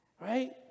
Right